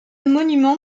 monuments